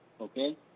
Okay